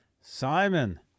Simon